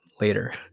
later